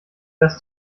dass